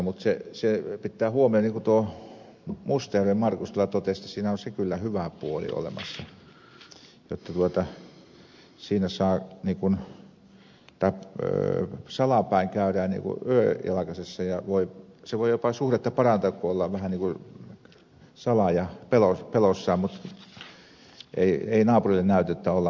mutta pitää huomioida niin kuin tuo mustajärven markus totesi että siinä on kyllä se hyvä puoli olemassa jotta siinä salapäin käydään yöjalkasessa ja se voi jopa suhdetta parantaa kun ollaan vähän niin kuin salaa ja peloissaan eikä naapurille näytetä että ollaan kuitenkin yhdessä